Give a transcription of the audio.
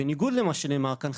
בניגוד למה שנאמר כאן,